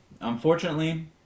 unfortunately